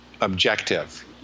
objective